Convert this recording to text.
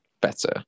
better